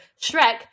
Shrek